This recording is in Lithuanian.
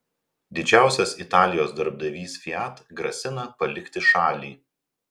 didžiausias italijos darbdavys fiat grasina palikti šalį